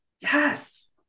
Yes